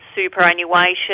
superannuation